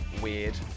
weird